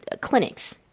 clinics